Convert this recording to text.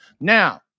Now